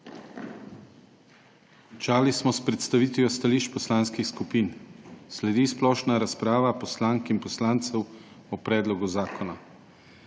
Končali smo s predstavitvijo stališč poslanskih skupin. Sledi splošna razprava poslank in poslancev o predlogu zakona.